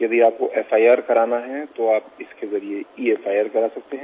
यदि आपको एफआईआर कराना है तो आप इसके जरिये ई एफआईआर करा सकते हैं